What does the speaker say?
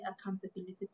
accountability